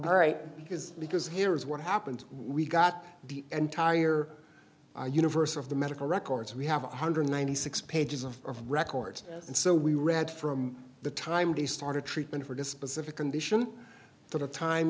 the right because because here is what happened we got the entire universe of the medical records we have one hundred and ninety six pages of records and so we read from the time they started treatment for to specific condition for the time